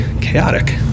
chaotic